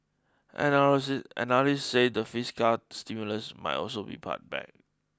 analysts analysts say the fiscal stimulus might also be pared back